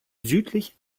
südlich